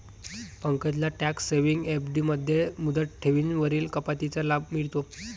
पंकजला tax saving FD मध्ये मुदत ठेवींवरील कपातीचा लाभ मिळतो